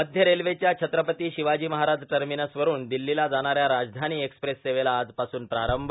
मध्य रेल्वेच्या छत्रपती शिवाजी महाराज टर्मिनसवरून दिल्लीला जाणाऱ्या राजधानी एक्स्प्रेस सेवेला आजपासून प्रारंभ